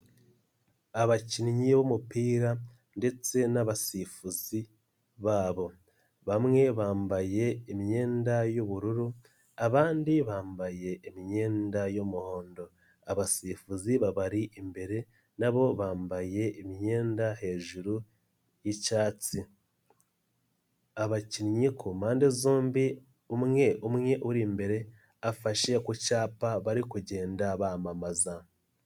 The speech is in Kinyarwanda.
Abakinnyi b'umupira ndetse n'abasifuzi babo, bamwe bambaye imyenda y'ubururu, abandi bambaye imyenda y'umuhondo, abasifuzi babari imbere na bo bambaye imyenda hejuru y'icyatsi, abakinnyi ku mpande zombi umwe umwe uri imbere, afashe ku cyapa bari kugenda bamamaza.